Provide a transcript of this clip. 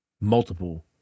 multiple